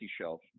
shelf